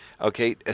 okay